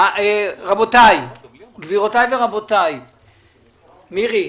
גבירותיי ורבותיי, מירי,